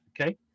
okay